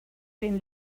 den